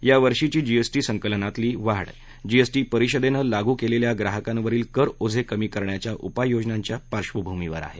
या वर्षीची जीएसटी संकलनातली वाढ जीएसटी परिषदेनं लागू केलेल्या ग्राहकांवरील कर ओझे कमी करण्याच्या उपाययोजनांच्या पार्श्वभूमीवर आहे